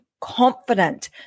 confident